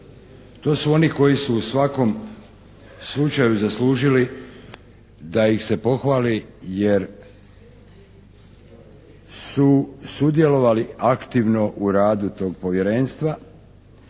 To su oni koji su u svakom slučaju zaslužili da ih se pohvali jer su sudjelovali aktivno u radu tog Povjerenstva.